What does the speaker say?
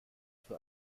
für